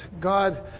God